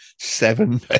seven